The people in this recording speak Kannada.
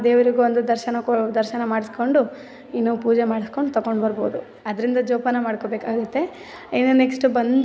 ದೇವ್ರಿಗೆ ಒಂದು ದರ್ಶನ ಕೋ ದರ್ಶನ ಮಾಡಿಸ್ಕೊಂಡು ಇನ್ನು ಪೂಜೆ ಮಾಡ್ಸ್ಕೊಂಡು ತಕೊಂಡು ಬರ್ಬೋದು ಅದರಿಂದ ಜೋಪಾನ ಮಾಡ್ಕೋಬೇಕಾಗುತ್ತೆ ಇನ್ನು ನೆಕ್ಸ್ಟು ಬಂದು